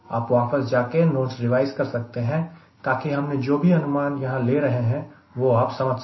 आप वापस जाकर नोट्स रिवाइज कर सकते हैं ताकि हमने जो भी अनुमान यहां ले रहे हैं वह आप समझ सके